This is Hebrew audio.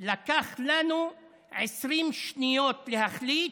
לקח לנו 20 שניות להחליט,